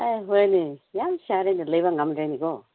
ꯑꯦ ꯍꯣꯏꯅꯦ ꯌꯥꯝ ꯁꯥꯔꯦꯅꯦ ꯂꯩꯕ ꯉꯝꯗ꯭ꯔꯦꯅꯦꯀꯣ